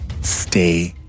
Stay